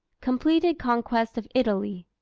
completed conquest of italy.